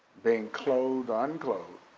being clothed or unclothed,